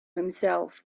himself